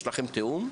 יש לכם תיאום?